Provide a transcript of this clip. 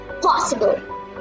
possible